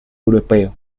europeo